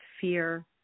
fear